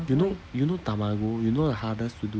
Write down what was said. you know you know tamago you know the hardest to do